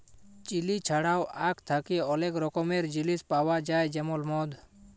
chilli ছাড়াও আখ থ্যাকে অলেক রকমের জিলিস পাউয়া যায় যেমল মদ